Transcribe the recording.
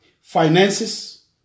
finances